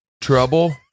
Trouble